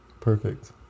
Perfect